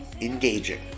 engaging